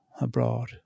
abroad